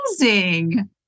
amazing